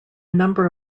number